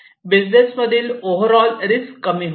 business मधील overall risk कमी होते